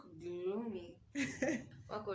gloomy